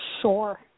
Sure